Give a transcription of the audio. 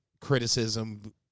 criticism